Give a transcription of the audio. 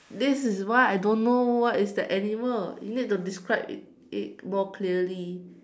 this is why I don't know what is the animal you need to describe it it more clearly